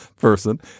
person